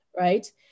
right